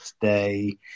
Today